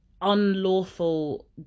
unlawful